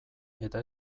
eta